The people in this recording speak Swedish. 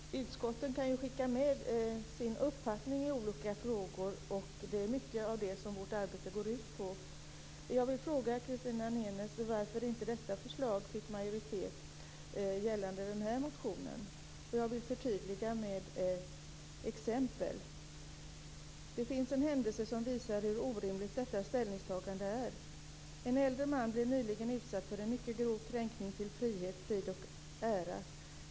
Fru talman! Utskotten kan ju skicka med sin uppfattning i olika frågor. Det är mycket av det som vårt arbete går ut på. Jag vill fråga Christina Nenes varför inte förslaget i den här motionen fick majoritet. Jag vill förtydliga med ett exempel. Det finns en händelse som visar hur orimligt detta ställningstagande är. En äldre man blev nyligen utsatt för en mycket grov kränkning till frihet, frid och ära.